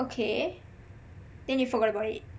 okay then you forgot about it